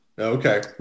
Okay